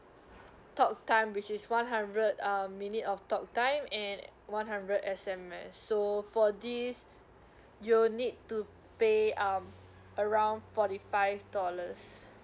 talk time which is one hundred um minute of talk time and one hundred S_M_S so for this you'll need to pay um around forty five dollars